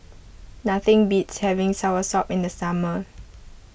nothing beats having Soursop in the summer